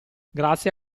grazie